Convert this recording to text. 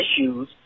issues